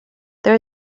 there